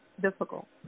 difficult